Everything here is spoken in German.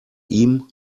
ihm